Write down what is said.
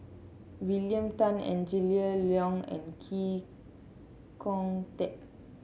William Tan Angela Liong and Chee Kong Tet